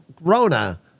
Rona